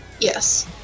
Yes